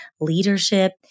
leadership